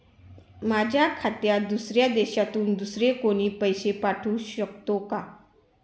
माझ्या खात्यात दुसऱ्या देशातून दुसरे कोणी पैसे पाठवू शकतो का?